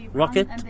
rocket